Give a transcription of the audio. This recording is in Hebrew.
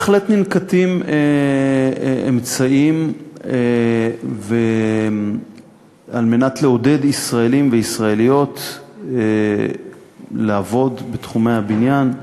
בהחלט ננקטים אמצעים כדי לעודד ישראלים וישראליות לעבוד בתחומי הבניין.